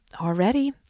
Already